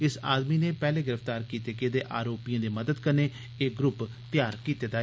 इस आदमी नै पैहले गिरफ्तार कीते गेदे आरोपिए दी मदद कन्नै एह ग्रुप त्यार कीते दा ऐ